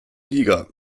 liga